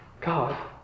God